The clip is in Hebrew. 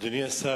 אדוני השר,